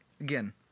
again